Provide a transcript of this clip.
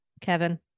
Kevin